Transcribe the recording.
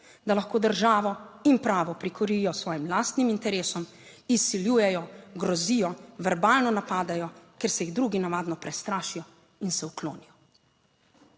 da lahko državo in pravo prikrijo svojim lastnim interesom, izsiljujejo, grozijo, verbalno napadajo, ker se jih drugi navadno prestrašijo in se uklonijo.